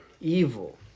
evil